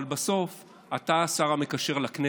אבל בסוף אתה השר המקשר לכנסת.